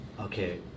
okay